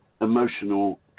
emotional